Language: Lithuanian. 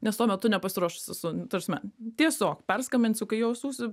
nes tuo metu nepasiruošus esu ta prasme tiesiog perskambinsiu kai jausiuosi